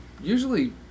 Usually